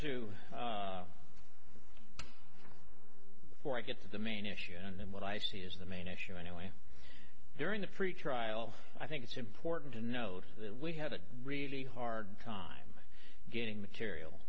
to for i get to the main issue and then what i see is the main issue anyway during the free trial i think it's important to note that we had a really hard time getting material